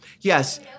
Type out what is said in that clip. yes